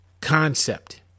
concept